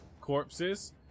corpses